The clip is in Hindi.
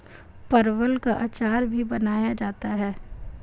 परवल का अचार भी बनाया जाता है